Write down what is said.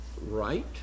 right